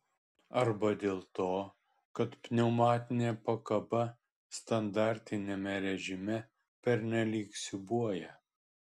arba dėl to kad pneumatinė pakaba standartiniame režime pernelyg siūbuoja